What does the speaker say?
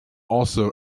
also